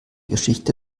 geschichte